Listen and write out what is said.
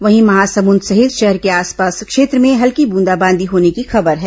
वहीं महासमुंद सहित शहर के आसपास क्षेत्र में हल्की बूंदाबांदी होने की खबर है